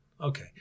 Okay